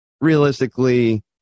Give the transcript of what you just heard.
realistically